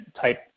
type